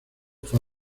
fue